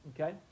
Okay